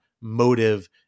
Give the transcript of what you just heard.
motive